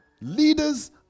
leaders